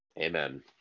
Amen